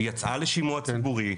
היא יצאה לשימוע ציבורי,